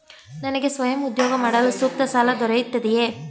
ನನಗೆ ಸ್ವಯಂ ಉದ್ಯೋಗ ಮಾಡಲು ಸೂಕ್ತ ಸಾಲ ದೊರೆಯುತ್ತದೆಯೇ?